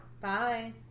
Bye